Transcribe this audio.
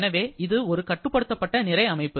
எனவே இது ஒரு கட்டுப்படுத்தப்பட்ட நிறை அமைப்பு